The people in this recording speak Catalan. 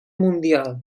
mundial